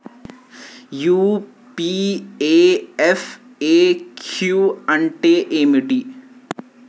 UPI FAQ అంటే ఏమిటి?